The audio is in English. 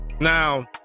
Now